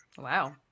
wow